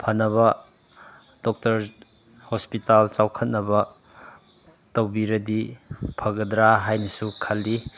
ꯐꯅꯕ doctor hospital ꯆꯥꯎꯈꯠꯅꯕ ꯇꯧꯕꯤꯔꯗꯤ ꯐꯒꯗ꯭ꯔ ꯍꯥꯏꯅꯁꯨ ꯈꯜꯂꯤ